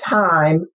time